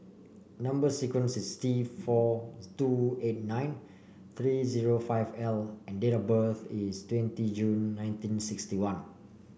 number sequence is T four two eight nine three zero five L and date of birth is twenty June nineteen sixty one